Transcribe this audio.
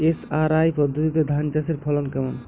SRI পদ্ধতি ধান চাষের ফলন কেমন?